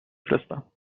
فرستم